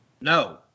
No